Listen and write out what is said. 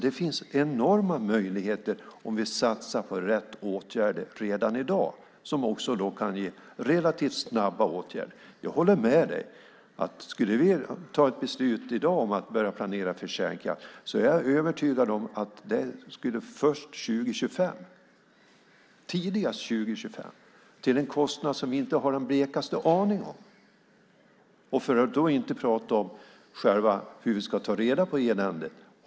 Det finns alltså enorma möjligheter om vi satsar på rätt åtgärder redan i dag, som då också kan ge relativt snabba resultat. Jag håller med dig. Skulle vi ta ett beslut i dag om att börja planera för kärnkraft är jag övertygad om att det skulle bli tidigast 2025 till en kostnad som vi inte har den blekaste aning om. För att inte prata om hur vi ska ta reda på eländet!